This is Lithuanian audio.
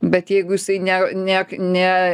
bet jeigu jisai ne ne ne